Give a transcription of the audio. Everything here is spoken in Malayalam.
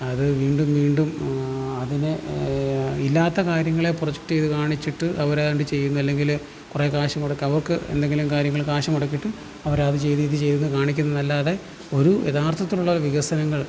അത് വീണ്ടും വീണ്ടും അതിനെ ഇല്ലാത്ത കാര്യങ്ങളെ പ്രൊജക്റ്റ് ചെയ്ത് കാണിച്ചിട്ട് അവര് ഏതാണ്ട് ചെയുന്നു അല്ലങ്കില് കുറെ കാശ് മുടക്കി അവർക്ക് എന്തെങ്കിലും കാര്യങ്ങൾ കാശ് മുടക്കിയിട്ട് അവര് അത് ചെയ്ത് ഇത് ചെയ്ത് എന്ന് കാണിക്കുന്നത് അല്ലാതെ ഒരു യഥാർത്ഥത്തിലുള്ള വികസനങ്ങൾ